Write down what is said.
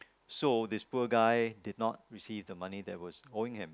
so this poor guy did not receive the money that was owing him